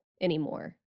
anymore